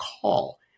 call